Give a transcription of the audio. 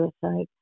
suicide